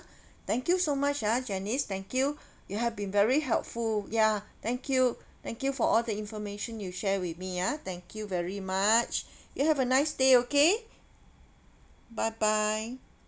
thank you so much ya janice thank you you have been very helpful ya thank you thank you for all the information you share with me ah thank you very much you have a nice day okay bye bye